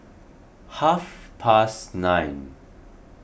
half past nine